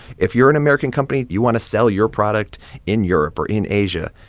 if you're an american company, you want to sell your product in europe or in asia,